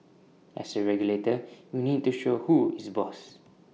as A regulator you need to show who is boss